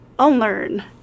Unlearn